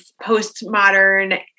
postmodern